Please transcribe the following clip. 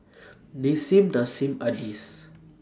Nissim Nassim Adis